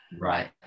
Right